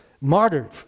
martyred